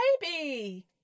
baby